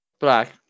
black